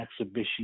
exhibition